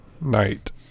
night